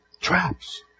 Traps